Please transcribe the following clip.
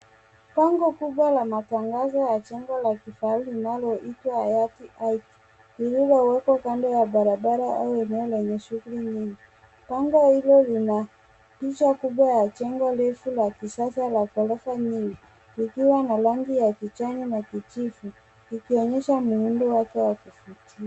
Bango kubwa la matangazo ya jengo la kifahari linaloitwa Hayati Heights liliwekwa kando ya barabara au eneo lenye shughuli nyingi, bango hili lina picha kubwa lenye jengo refu la kisasa na ghorofa nyingi likiwa na rangi ya kijani na kijivu.